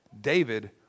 David